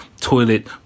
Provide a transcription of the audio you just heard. toilet